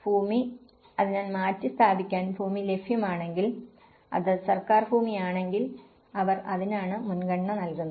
ഭൂമി അതിനാൽ മാറ്റി സ്ഥാപിക്കാൻ ഭൂമി ലഭ്യമാണെങ്കിൽ അത് സർക്കാർ ഭൂമിയാണെങ്കിൽ അവർ അതിനാണ് മുൻഗണന നൽകുന്നത്